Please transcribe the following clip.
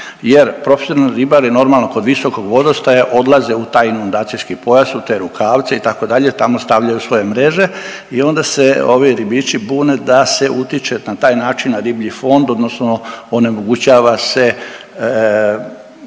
jer profesionalni ribari normalno kod visokog vodostaja odlaze u taj inundacijski pojas, u te rukavce itd., tamo stavljaju svoje mreže i onda se ovi ribiči bune da se utječe na taj način na riblji fond odnosno onemogućava se